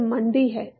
तो मंदी है